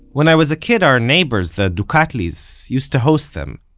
when i was a kid our neighbors, the tokatlis, used to host them.